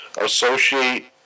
associate